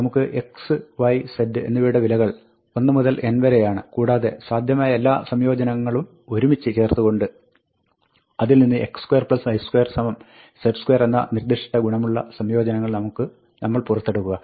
നമുക്ക് x y z എന്നിവയുടെ വിലകൾ 1 മുതൽ n വരെയാണ് കൂടാതെ സാധ്യമായ എല്ലാ സംയോജനങ്ങളും ഒരുമിച്ച് ചേർത്തുകൊണ്ട് അതിൽ നിന്ന് x2 y2 z2 എന്ന നിർദ്ദിഷ്ട ഗുണമുള്ള സംയോജനങ്ങൾ നമ്മൾ പുറത്തെടുക്കുക